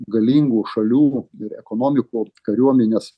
galingų šalių ir ekonomikų kariuomenės